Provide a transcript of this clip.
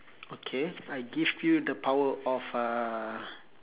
okay I give you the power of a